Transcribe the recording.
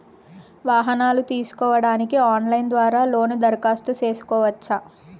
వాహనాలు తీసుకోడానికి ఆన్లైన్ ద్వారా లోను దరఖాస్తు సేసుకోవచ్చా?